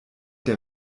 der